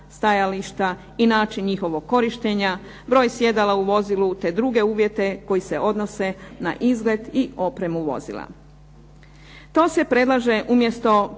stajališta, i način njihovog korištenja, broj sjedala u vozilu te druge uvjete koji se odnose na izgled i opremu vozila. To se predlaže umjesto